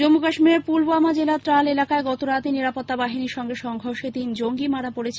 জম্মু কাশ্মীরের পুলওয়ামা জেলার ডাল এলাকায় গতরাতে নিরাপত্তাবাহিনীর সঙ্গে সংঘর্ষে তিন জঙ্গি মারা পড়েছে